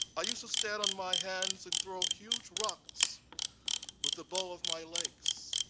i used to stand on my hands and throw huge rocks with the bow of my legs.